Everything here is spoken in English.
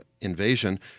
invasion